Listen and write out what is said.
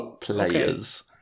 players